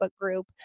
group